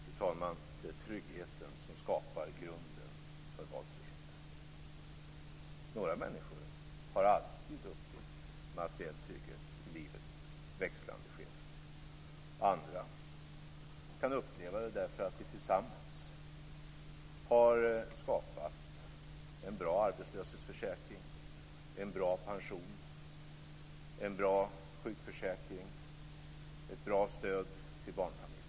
Fru talman! Det är tryggheten som skapar grunden för valfriheten. Några människor har alltid upplevt materiell trygghet i livets växlande skeden. Andra kan uppleva det för att vi tillsammans har skapat en bra arbetslöshetsförsäkring, en bra pension, en bra sjukförsäkring, ett bra stöd till barnfamiljerna.